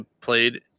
played